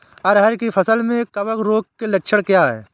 अरहर की फसल में कवक रोग के लक्षण क्या है?